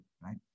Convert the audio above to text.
right